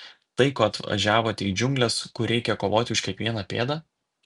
tai ko atvažiavote į džiungles kur reikia kovoti už kiekvieną pėdą